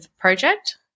project